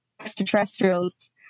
extraterrestrials